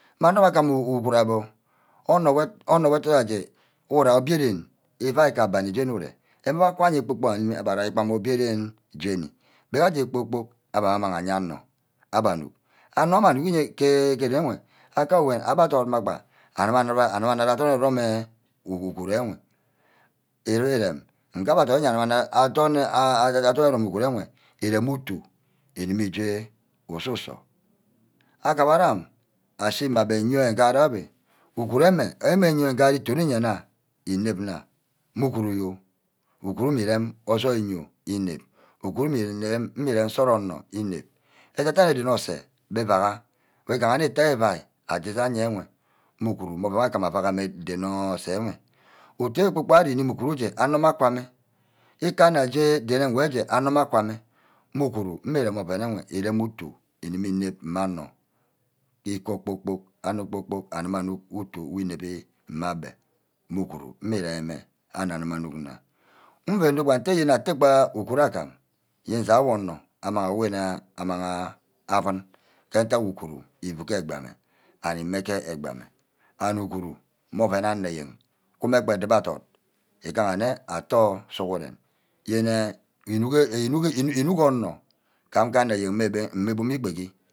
Mme anor mbe agam uguru abbe onor wor. onor wor toy jagha ije urai obio ren ifai ke abani jeni ure. enwa kanu kpor-kpork aría ke obio ren jeni. bagaje kpor-kpork abbe amang aye onor abbe anuck anor mme anuck nye ke ren enwe akawen agbe adit mme gba aru wa-ru-wa adorn erome-rome uguru ewe. ire-rem nge abbe adit nne agubor anad gba adorn ere-rome uguru enwe. írame utu ukubor ije usu-sor agamara amin ashi mma ben nyouhe ngarah abi. uguru ame. ame yene nge touri-mme nna înep-nna mme uguru yo. uguru mme erem ojoi îni oh înep. uguru mme írem ke nsort onor ínep. adan-dane ren orse gbe viaha wor-ígaha nne íte wor ívaí aje īagha nyewe mme uguru mme oven abbe agama avagha mme den orse enwe. otu wor kpor-kpork ari nime uguru nj́e anor mme akwa mme kebe onor nna je ren ngwed ewe onor mma gwame. mme uguru mme rem oven enwe. érem utu ígimi-ínep mme onor. íkor kpor-kpork. anor kpor-kpork akima anuck utu we ínep-bi mme abbe mme uguru mme rem-meh anor agima anuck nna. mua doba atteh yene gba uguru agam. yen sai owor onor wone amang aven ke ntack uguru ífu ke egbi ame and ime ke egbi ame and uguru mme ba oven anor eyen wune mme gba edubor adot ígaha-nne attoh sughuren yene īnuck. inuck. inuck onor kam ane eyen mme bub ikbegi